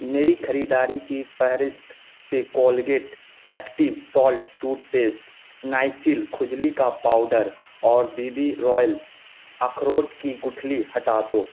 میری خریداری کی فہرست سے Colgate active salt toothpaste Nycil کھجلی کا پاؤڈر اور بی بی رویل اخروٹ کی گٹھلی ہٹا دو